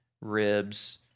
ribs